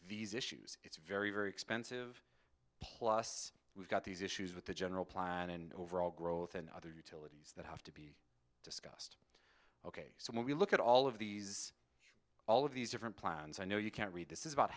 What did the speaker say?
these issues it's very very expensive plus we've got these issues with the general plan and overall growth and other goodies that have to be ok so when we look at all of these all of these different plans i know you can't read this is about